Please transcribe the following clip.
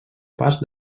pas